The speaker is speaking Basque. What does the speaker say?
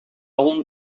egun